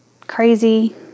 crazy